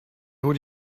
nur